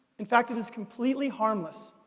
in fact, it is completely harmless.